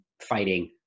fighting